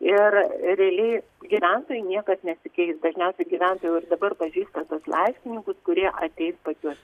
ir realiai gyventojui niekas nesikeis dažniausiai gyventojai jau ir dabar pažįsta tuos laiškininkus kurie ateis pas juos